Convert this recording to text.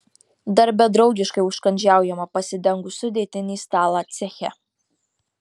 darbe draugiškai užkandžiaujama pasidengus sudėtinį stalą ceche